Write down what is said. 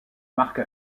marque